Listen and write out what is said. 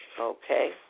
Okay